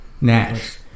Nash